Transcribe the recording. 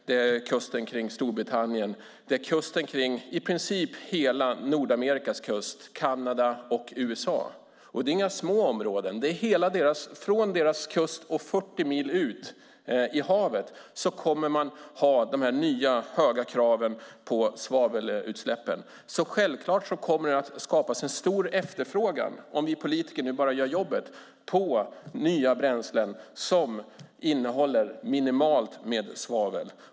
Detta gäller även Storbritanniens kust samt kusten kring Kanada och USA, i princip hela Nordamerika. Det är inga små områden. Från deras kust och 40 mil ut i havet kommer man att ha de nya höga kraven på svavelutsläppen. Självklart kommer det, om vi politiker nu bara gör jobbet, att skapas en stor efterfrågan på nya bränslen som innehåller minimalt med svavel.